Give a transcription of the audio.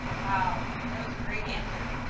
wow. that was a great answer.